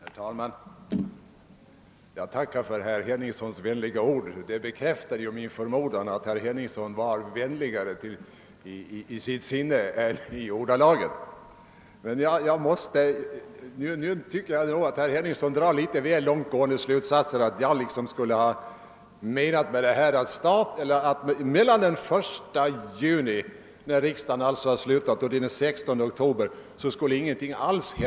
Herr talman! Jag tackar för herr Henningssons vänliga ord — de bekräftar min förmodan att herr Henningsson är vänligare till sinne än i ordalag. Jag tycker ändå att herr Henningsson drar litet väl långtgående slutsatser då han gör gällande att jag skulle ha menat att ingenting alls skulle hända mellan den 1 juni, då riksdagen har slutat, och den 16 oktober, då riksdagen åter samlas.